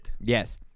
Yes